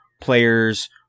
players